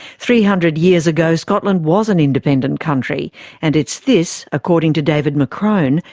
three hundred years ago scotland was an independent country and it's this, according to david mccrone,